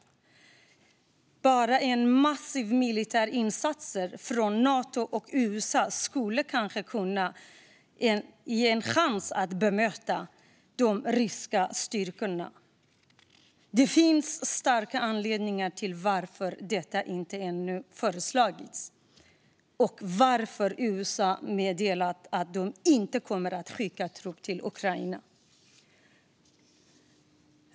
Enbart en massiv militär insats från Nato och USA skulle ha en chans att bemöta de ryska styrkorna. Det finns starka anledningar till att detta ännu inte föreslagits och att USA meddelat att man inte kommer att skicka trupp till Ukraina.